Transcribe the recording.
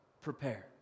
prepare